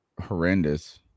horrendous